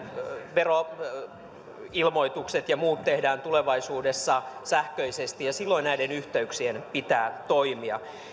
veroilmoitukset ja muut tehdään tulevaisuudessa sähköisesti ja silloin näiden yhteyksien pitää toimia